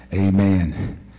Amen